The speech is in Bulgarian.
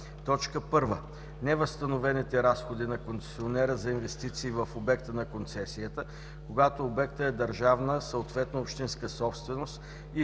на: 1. невъзстановените разходи на концесионера за инвестиции в обекта на концесията, когато обектът е държавна, съответно общинска собственост, и